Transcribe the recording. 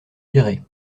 lirez